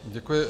Děkuji.